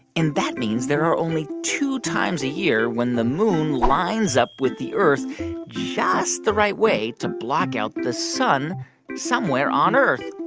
and that means there are only two times a year when the moon lines up with the earth just the right way to block out the sun somewhere on earth.